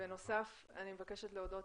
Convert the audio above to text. בנוסף אני מבקשת להודות